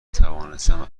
توانستم